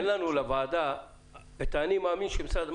תן לוועדה את ה"אני מאמין" של המשרד.